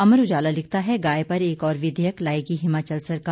अमर उजाला लिखता है गाय पर एक और विघेयक लाएगी हिमाचल सरकार